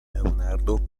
leonardo